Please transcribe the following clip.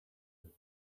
have